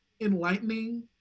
enlightening